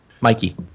Mikey